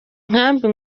nkambi